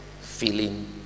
feeling